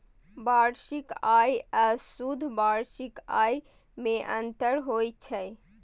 वार्षिक आय आ शुद्ध वार्षिक आय मे अंतर होइ छै